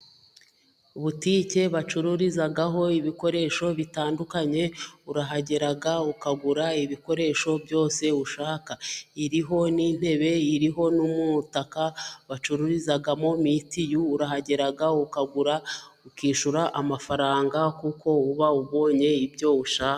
Botike bacururizaho ibikoresho bitandukanye, urahagera ukagura ibikoresho byose ushaka, iriho n'intebe, iriho n'umutaka bacururizamo mitiyu, urahagera ukagura ukishyura amafaranga kuko uba ubonye ibyo ushaka.